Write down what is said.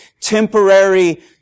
temporary